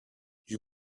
you